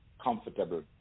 comfortable